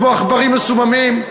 כמו עכברים מסוממים,